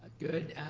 good.